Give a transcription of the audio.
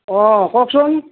অঁ কওকচোন